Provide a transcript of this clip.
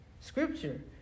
scripture